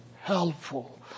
helpful